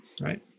Right